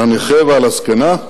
על הנכה ועל הזקנה,